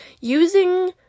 Using